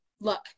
Look